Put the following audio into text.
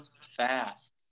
fast